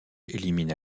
élimine